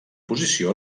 posició